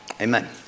amen